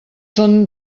són